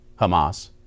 Hamas